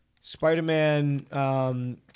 Spider-Man